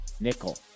nickel